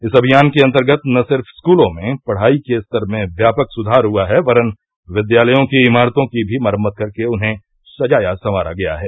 इस अमियान के अन्तर्गत न सिर्फ स्कूलों में पढ़ाई के स्तर में व्यापक सुधार हुआ है वरन् विद्यालयों की इमारतों की भी मरम्मत करके उन्हें सजाया संवारा गया है